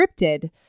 scripted